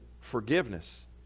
forgiveness